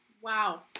Wow